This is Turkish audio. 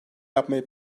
yapmayı